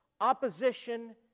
opposition